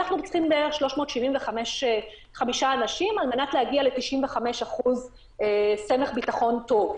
אנחנו צריכים בערך 375 אנשים על מנת להגיע ל-95% סמך ביטחון טוב.